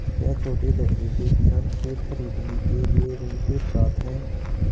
क्या छोटे दर्जे के किसान खेत खरीदने के लिए ऋृण के पात्र हैं?